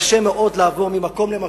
קשה מאוד לעבור ממקום למקום,